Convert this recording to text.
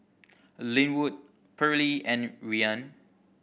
Linwood Pearle and Rian